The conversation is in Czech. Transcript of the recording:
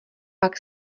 pak